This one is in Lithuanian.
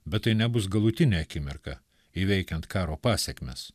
bet tai nebus galutinė akimirka įveikiant karo pasekmes